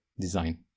design